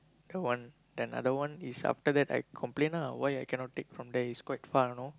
the one then other one is after that I complain lah why I cannot take from there is quite far you know